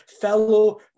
fellow